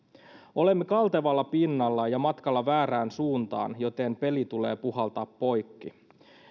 olemme kaltevalla pinnalla ja matkalla väärään suuntaan joten peli tulee puhaltaa poikki